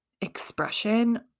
expression